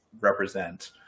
represent